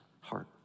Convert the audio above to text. heart